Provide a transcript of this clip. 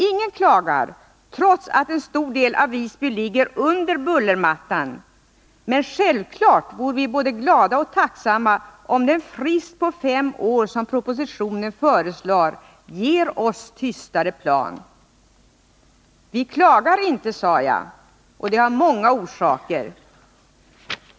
Ingen klagar, trots att en stor del av Visby ligger under bullermattan. Men självfallet vore vi både glada och tacksamma, om den frist på fem år som propositionen föreslår kunde ge oss tystare plan. Vi klagar inte, sade jag, och det har många orsaker.